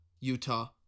Utah